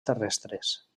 terrestres